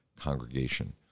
congregation